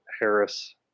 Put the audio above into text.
Harris